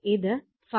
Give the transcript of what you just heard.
ഇതാണ് R